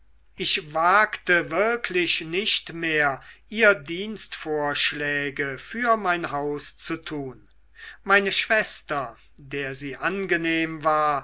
ich wagte wirklich nicht mehr ihr dienstvorschläge für mein haus zu tun meine schwester der sie angenehm war